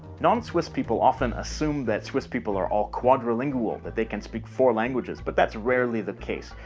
non-swiss people often assume that swiss people are all quadrilingual, that they can speak four languages. but that's rarely the case.